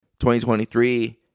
2023